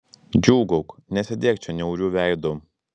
džiūgauk nesėdėk čia niauriu veidu